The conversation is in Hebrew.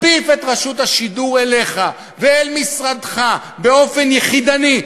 מכפיף את רשות השידור אליך ואל משרדך באופן יחידני,